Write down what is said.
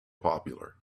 popular